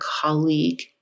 colleague